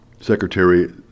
Secretary